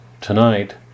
tonight